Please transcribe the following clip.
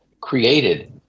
created